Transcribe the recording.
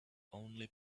only